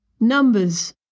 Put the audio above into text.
Numbers